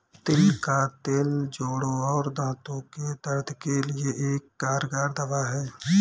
तिल का तेल जोड़ों और दांतो के दर्द के लिए एक कारगर दवा है